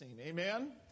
Amen